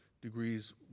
degrees